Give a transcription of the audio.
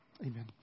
Amen